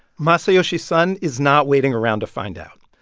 masayoshi son is not waiting around to find out.